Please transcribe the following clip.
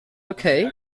okay